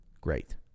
Great